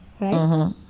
right